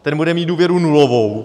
Ten bude mít důvěru nulovou.